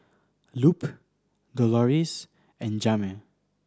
Lupe Doloris and Jaime